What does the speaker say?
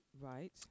Right